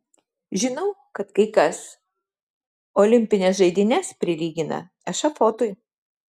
žinau kad kai kas olimpines žaidynes prilygina ešafotui